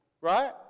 right